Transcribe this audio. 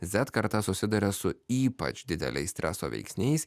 zet karta susiduria su ypač dideliais streso veiksniais